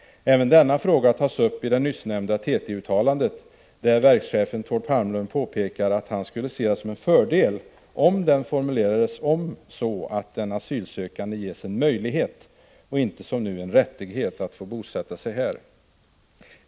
Även denna fråga tas uppi det nyss nämnda TT-uttalandet, där verkschefen Thord Palmlund påpekar att han skulle ”se det som en fördel om den formulerades om så att den asylsökande ges en möjlighet och inte som nu en rättighet att få bosätta sig här”.